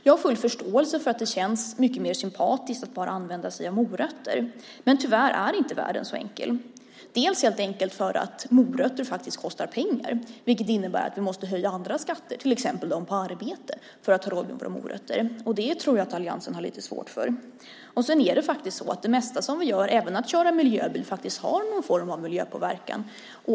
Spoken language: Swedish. Jag har full förståelse för att det känns mycket mer sympatiskt att bara använda sig av morötter. Men tyvärr är inte världen så enkel. Morötter kostar faktiskt pengar, vilket innebär att vi måste höja andra skatter, till exempel dem på arbete, för att ha råd med våra morötter. Det tror jag att alliansen har lite svårt för. Det mesta som vi gör, även att köra miljöbil, har någon form av miljöpåverkan.